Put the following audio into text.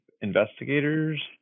investigators